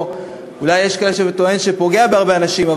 או אולי יש כאלה שטוענים שהוא פוגע בהרבה אנשים,